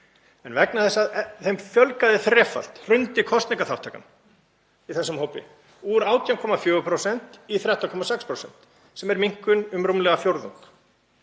en vegna þess að þeim fjölgaði þrefalt hrundi kosningaþátttakan í þessum hópi, fór úr 18,4% í 13,6% sem er minnkun um rúmlega fjórðung.